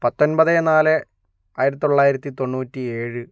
പത്തൊൻപത് നാല് ആയിരത്തി തൊള്ളായിരത്തി തൊണ്ണൂറ്റി ഏഴ്